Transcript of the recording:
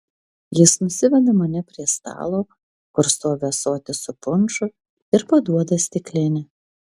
jis nusiveda mane prie stalo kur stovi ąsotis su punšu ir paduoda stiklinę